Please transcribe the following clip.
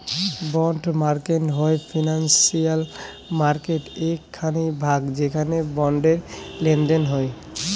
bond market হই financial মার্কেটের এক খানি ভাগ যেখানে বন্ডের লেনদেন হই